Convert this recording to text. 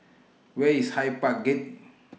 Where IS Hyde Park Gate